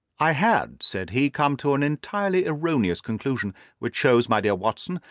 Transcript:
i had, said he, come to an entirely erroneous conclusion which shows, my dear watson,